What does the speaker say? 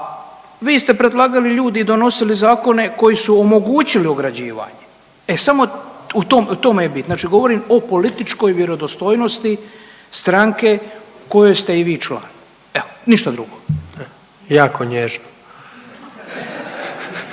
vi ste predlagali ljude i donosili zakone koji su omogućili ograđivanje. E samo u tome je bit, znači govorim o političkoj vjerodostojnosti stranke u kojoj ste i vi član. Evo ništa drugo. **Jandroković,